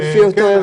כן.